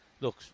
look